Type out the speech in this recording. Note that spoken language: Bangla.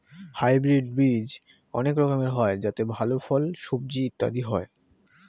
হাইব্রিড বীজ অনেক রকমের হয় যাতে ভালো ফল, সবজি ইত্যাদি হয়